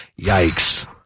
Yikes